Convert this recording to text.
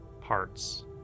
parts